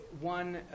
one